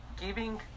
giving